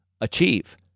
achieve